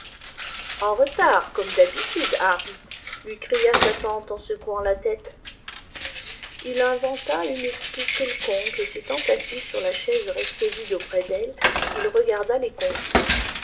en retard comme d'habitude harry lui cria sa tante en secouant la tête il inventa une excuse quelconque et s'étant assis sur la chaise restée vide auprès d'elle il regarda les convives